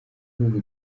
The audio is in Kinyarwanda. rwego